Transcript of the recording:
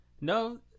No